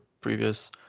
previous